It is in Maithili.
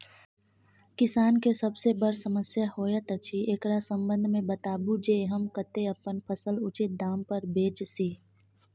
किसान के सबसे बर समस्या होयत अछि, एकरा संबंध मे बताबू जे हम कत्ते अपन फसल उचित दाम पर बेच सी?